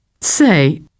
Say